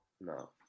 No